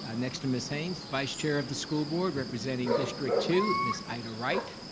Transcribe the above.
ah next to miss haynes, the vice chair of the school board representing district two, miss ida wright.